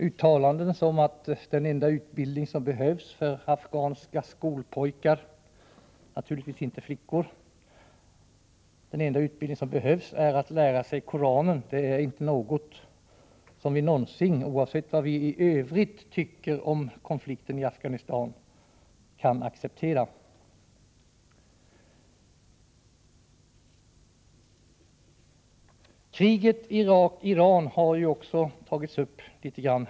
Uttalanden om att den enda utbildning som behövs för afghanska skolpojkar — naturligtvis talas det inte om flickor — är att lära dem Koranen är något som vi, oavsett vad vi i övrigt tycker om konflikten i Afghanistan, aldrig någonsin kan acceptera. Kriget mellan Irak och Iran har berörts något i debatten.